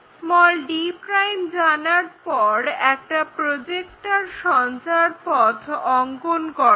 d' জানার পর একটা প্রজেক্টর সঞ্চারপথ অঙ্কন করো